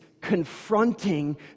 confronting